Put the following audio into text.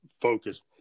focus